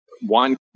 one